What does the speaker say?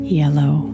yellow